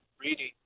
reading